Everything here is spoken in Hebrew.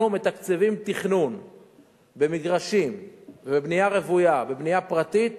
אנחנו מתקצבים תכנון במגרשים ובבנייה רוויה בבנייה פרטית